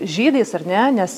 žydais ar ne nes